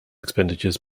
expenditures